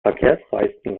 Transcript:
verkehrsreichsten